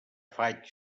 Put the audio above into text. faig